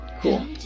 Cool